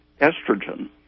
estrogen